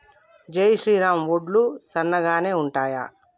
జై శ్రీరామ్ వడ్లు సన్నగనె ఉంటయా?